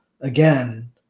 again